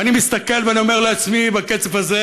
ואני מסתכל ואני אומר לעצמי: בקצב הזה